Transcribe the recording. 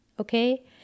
Okay